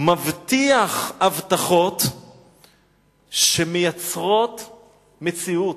הוא מבטיח הבטחות שמייצרות מציאות,